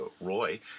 Roy